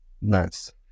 nice